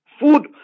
food